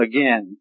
Again